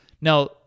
Now